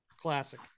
Classic